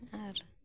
ᱟᱨ